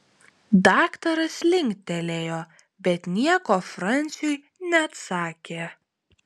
daktaras linktelėjo bet nieko franciui neatsakė